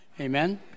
Amen